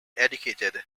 educated